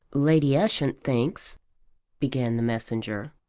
lady ushant thinks began the messenger.